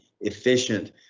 efficient